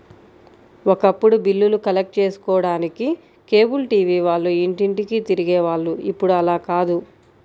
ఒకప్పుడు బిల్లులు కలెక్ట్ చేసుకోడానికి కేబుల్ టీవీ వాళ్ళు ఇంటింటికీ తిరిగే వాళ్ళు ఇప్పుడు అలా కాదు